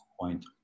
point